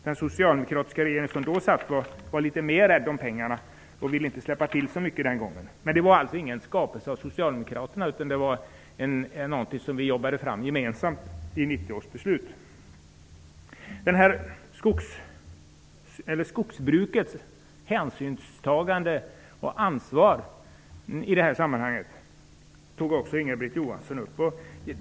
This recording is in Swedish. Den socialdemokratiska regering som då satt var litet mer rädd om pengarna och ville inte släppa till så mycket den gången. Men det var alltså inte några skapelser av Socialdemokraterna utan någonting som vi jobbade fram gemensamt i 1990 års beslut. Skogsbrukets hänsynstagande och ansvar tog Inga Britt Johansson också upp.